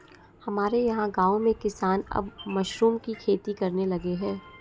हमारे यहां गांवों के किसान अब मशरूम की खेती करने लगे हैं